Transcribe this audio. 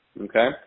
okay